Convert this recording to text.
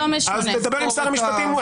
אז תדבר עם שר המשפטים.